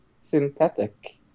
synthetic